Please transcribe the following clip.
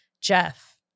Jeff